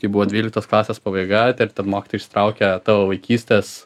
kai buvo dvyliktos klasės pabaiga ten mokytojai išsitraukia tavo vaikystės